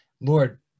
Lord